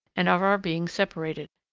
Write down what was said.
and of our being separated,